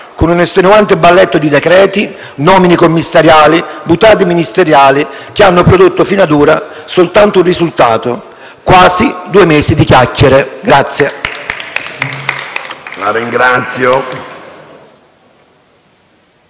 con un estenuante balletto di decreti, nomine commissariali, *boutade* ministeriali che hanno prodotto fino ad ora soltanto un risultato: quasi due mesi di chiacchiere.